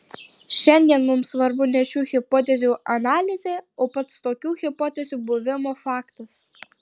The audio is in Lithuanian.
šiandien mums svarbu ne šių hipotezių analizė o pats tokių hipotezių buvimo faktas